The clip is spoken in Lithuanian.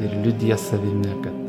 ir liudija savimi kad